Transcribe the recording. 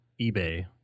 eBay